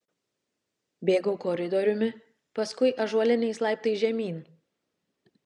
bėgau koridoriumi paskui ąžuoliniais laiptais žemyn